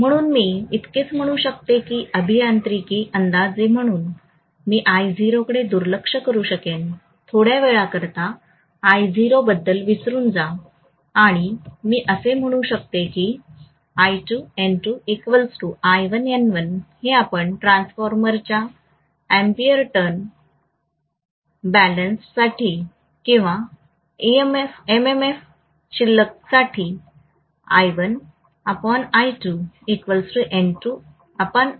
म्हणून मी इतकेच म्हणू शकतो की अभियांत्रिकी अंदाजे म्हणून मी I0 कडे दुर्लक्ष करू शकेन थोड्या वेळाकरिता I0 बद्दल विसरून जा आणि मी असे म्हणू शकतो की हे आपण ट्रान्सफॉर्मरच्या अँपिअर टर्न बॅलन्स साठी किंवा एमएमएफ शिल्लकसाठी असे लिहू शकतो